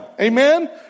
Amen